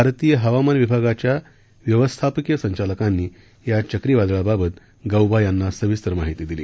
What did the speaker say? भारतीय हवामान विभागाच्या व्यवस्थापकीय संचालकांनी या चक्रीवादळाबाबत गौबा यांना सविस्तर माहिती दिली